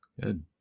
Good